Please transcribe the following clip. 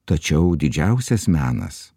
tačiau didžiausias menas